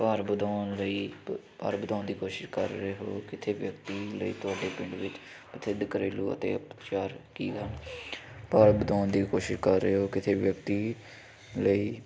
ਭਾਰ ਵਧਾਉਣ ਲਈ ਭਾਰ ਵਧਾਉਣ ਦੀ ਕੋਸ਼ਿਸ਼ ਕਰ ਰਹੇ ਹੋ ਕਿਸੇ ਵਿਅਕਤੀ ਲਈ ਤੁਹਾਡੇ ਪਿੰਡ ਵਿੱਚ ਘਰੇਲੂ ਅਤੇ ਉਪਚਾਰ ਕੀ ਹਨ ਭਾਰ ਵਧਾਉਣ ਦੀ ਕੋਸ਼ਿਸ਼ ਕਰ ਰਹੇ ਹੋ ਕਿਸੇ ਵਿਅਕਤੀ ਲਈ